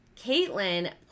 Caitlin